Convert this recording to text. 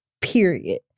period